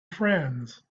friends